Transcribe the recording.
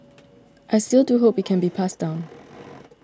I still do hope it can be passed down